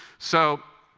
so